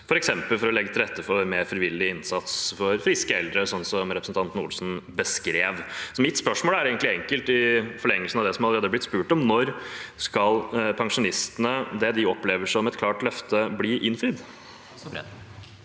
f.eks. for å legge til rette for mer frivillig innsats fra friske eldre, som representanten Olsen beskrev. Mitt spørsmål er egentlig enkelt, i forlengelsen av det som allerede er blitt spurt om: Når skal det pensjonistene opplever som et klart løfte, bli innfridd?